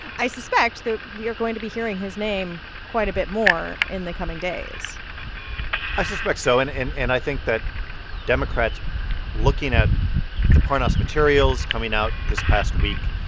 i suspect that we are going to be hearing his name quite a bit more in the coming days i suspect so. and and and i think that democrats looking at the parnas materials coming out this past week,